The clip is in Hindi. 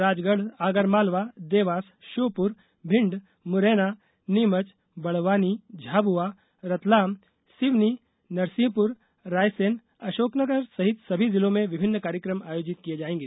राजगढ़ आगरमालवा देवास श्योपुर भिंड मुरैना नीमच बड़वानी झाबुआ रतलाम सिवनी नरसिंहपुर रायसेन सहित सभी जिलों में विभिन्न कार्यक्रम आयोजित किये जाएगे